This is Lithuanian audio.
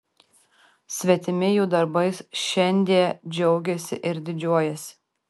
svetimi jų darbais šiandie džiaugiasi ir didžiuojasi